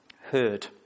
heard